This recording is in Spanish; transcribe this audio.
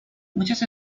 muchas